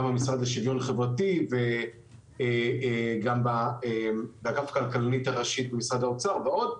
גם המשרד לשוויון חברתי וגם אגף הכלכלנית הראשית במשרד האוצר ועוד.